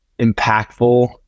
impactful